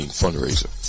fundraiser